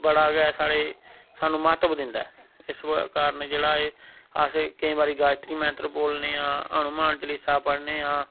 बड़ा गै स्हानू महत्व दिंदा ऐ इस कारण जेह्ड़ा एह् केईं बारी गायत्री मंत्र बोलने आं हनुमान चालीसा पढ़ने आं